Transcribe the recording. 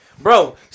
Bro